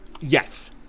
Yes